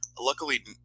Luckily